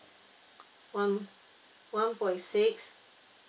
one one point six